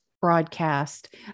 broadcast